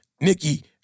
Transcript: Nikki